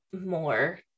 more